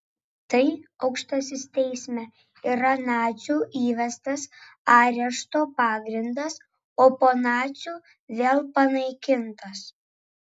tai aukštasis teisme yra nacių įvestas arešto pagrindas o po nacių vėl panaikintas